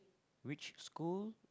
which school